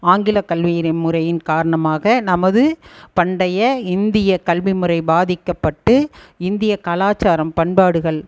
ஆங்கில கல்வியின் முறையின் காரணமாக நமது பண்டைய இந்திய கல்விமுறை பாதிக்கப்பட்டு இந்திய கலாச்சாரம் பண்பாடுகள்